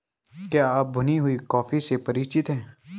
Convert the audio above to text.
क्या आप भुनी हुई कॉफी से परिचित हैं?